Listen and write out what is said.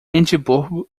edimburgo